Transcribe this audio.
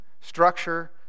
structure